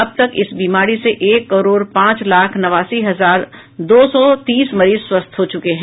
अब तक इस बीमारी से एक करोड पांच लाख नवासी हजार दो सौ तीस मरीज स्वस्थ हो चुके हैं